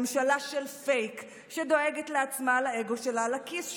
ממשלה של פייק, שדואגת לעצמה, לאגו שלה, לכיס שלה,